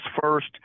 first